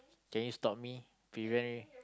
can you stop me prevent me